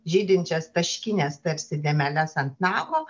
žydinčias taškines tarsi dėmeles ant nago